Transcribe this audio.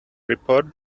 report